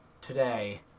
today